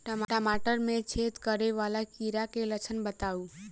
टमाटर मे छेद करै वला कीड़ा केँ लक्षण बताउ?